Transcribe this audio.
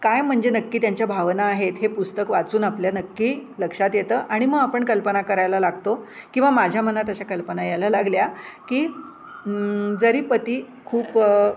काय म्हणजे नक्की त्यांच्या भावना आहेत हे पुस्तक वाचून आपल्या नक्की लक्षात येतं आणि मग आपण कल्पना करायला लागतो किंवा माझ्या मनात अशा कल्पना यायला लागल्या की जरी पती खूप